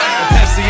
Pepsi